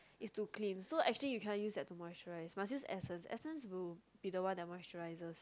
is to clean so actually you cannot use that to moisturize must use essence essence will be the one that moisturizes